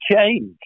change